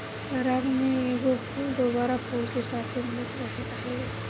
पराग में एगो फूल दोसरा फूल के साथे मिलत रहेला